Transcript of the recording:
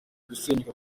gusenyuka